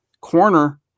corner